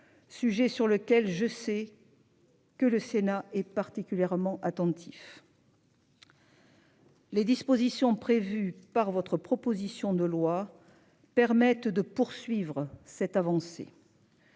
Sujet sur lequel je sais. Que le Sénat est particulièrement attentif.-- Les dispositions prévues par votre proposition de loi. Permette de poursuivre cette avancée.--